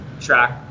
track